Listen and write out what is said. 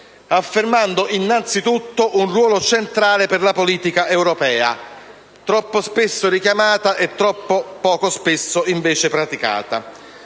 affermando innanzitutto un ruolo centrale per la politica europea - troppo spesso richiamata e troppo poco spesso, invece, praticata